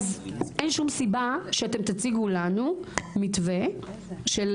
אין שום סיבה שאתם תציגו לנו מתווה של